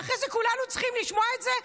ואחרי זה כולנו צריכים לשמוע את זה?